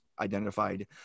identified